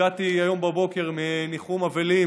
הגעתי היום בבוקר מניחום אבלים